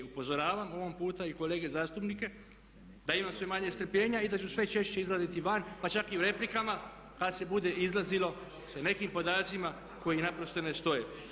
Upozoravam ovog puta i kolege zastupnike da imam sve manje strpljenja i da ću sve češće izlaziti van pa čak i u replikama kad se bude izlazilo sa nekim podacima koji naprosto ne stoje.